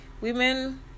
women